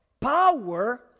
power